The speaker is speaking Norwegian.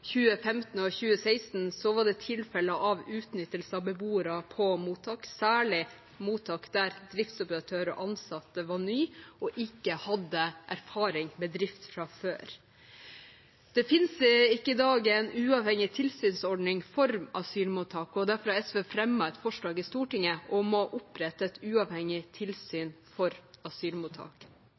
2015 og 2016 var det tilfeller av utnyttelse av beboere på mottak, særlig mottak der driftsoperatører og ansatte var nye og ikke hadde erfaring med drift fra før. Det finnes ikke i dag en uavhengig tilsynsordning for asylmottak, og derfor har SV fremmet et forslag i Stortinget om å opprette et uavhengig tilsyn for asylmottak.